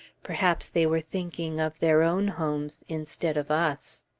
perhaps they were thinking of their own homes, instead of us.